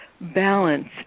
balance